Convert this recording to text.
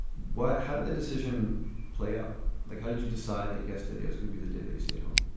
what how did the decision play out like how did you decide that yesterday was gonna be the day they stayed home?